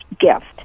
gift